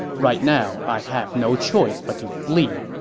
right now, i have no choice but to flee,